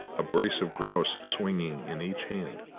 a brace of grouse swinging in each hand.